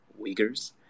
Uyghurs